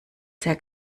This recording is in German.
sehr